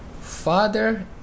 Father